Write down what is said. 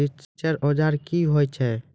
रिचर औजार क्या हैं?